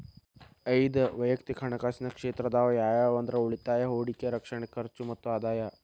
ಐದ್ ವಯಕ್ತಿಕ್ ಹಣಕಾಸಿನ ಕ್ಷೇತ್ರ ಅದಾವ ಯಾವ್ಯಾವ ಅಂದ್ರ ಉಳಿತಾಯ ಹೂಡಿಕೆ ರಕ್ಷಣೆ ಖರ್ಚು ಮತ್ತ ಆದಾಯ